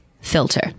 filter